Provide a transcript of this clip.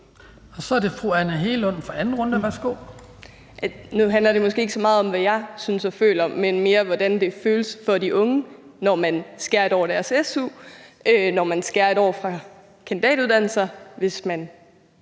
Værsgo. Kl. 17:10 Anne Hegelund (EL): Nu handler det måske ikke så meget om, hvad jeg synes og føler, man mere om, hvordan det føles for de unge, når man skærer et år af deres su, når man skærer et år fra kandidatuddannelser, og hvis man